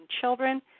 children